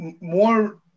more